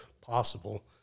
possible